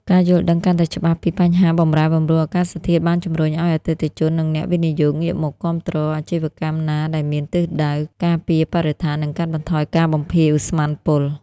ការយល់ដឹងកាន់តែច្បាស់ពីបញ្ហាបម្រែបម្រួលអាកាសធាតុ បានជម្រុញឱ្យអតិថិជន និងអ្នកវិនិយោគងាកមកគាំទ្រអាជីវកម្មណាដែលមានទិសដៅការពារបរិស្ថាន និងកាត់បន្ថយការបំភាយឧស្ម័នពុល។